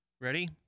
ready